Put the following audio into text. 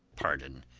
pardon,